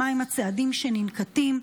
מהם הצעדים שננקטים?